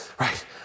right